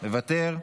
מוותר,